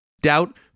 Doubt